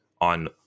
on